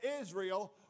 israel